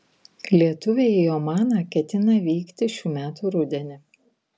lietuviai į omaną ketina vykti šių metų rudenį